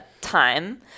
time